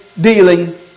dealing